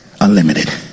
Unlimited